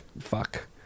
fuck